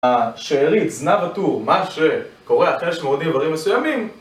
השארית זנב הטור, מה שקורה אחרי שמורידים דברים מסוימים